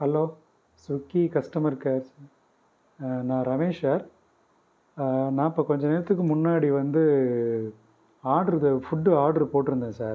hello Swiggy customer கேர்ஸா நான் Ramesh sir நான் இப்போ கொஞ்ச நேரத்துக்கு முன்னாடி வந்து ஆட்ரு இது ஃபுட்டு ஆட்ரு போட்டுருந்தேன் சார்